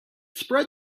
spread